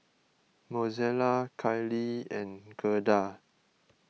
Mozella Kylie and Gerda